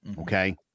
Okay